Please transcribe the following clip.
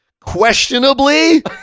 questionably